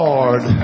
Lord